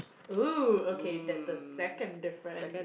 oh okay that's the second difference